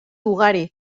ugari